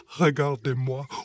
Regardez-moi